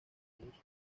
ellos